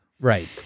Right